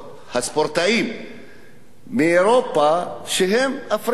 הספורטאים מאירופה, שהם אפריקנים,